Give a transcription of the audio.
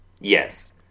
Yes